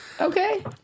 Okay